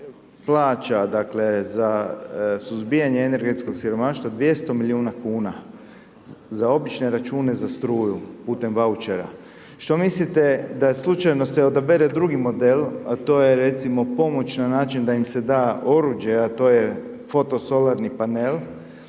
dakle za suzbijanje energetskog siromaštva 200 miliona kuna, za obične račune za struju putem vaučera. Što mislite da slučajno se odabere drugi model, a to je recimo pomoć na način da im se da oruđe a to je fotosolarni panel